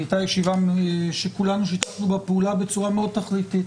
זו הייתה ישיבה שכולנו שיתפנו בה פעולה בצורה מאוד תכליתית.